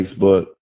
Facebook